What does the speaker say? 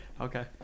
Okay